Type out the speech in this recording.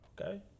Okay